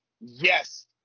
yes